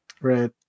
right